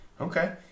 Okay